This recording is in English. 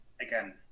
Again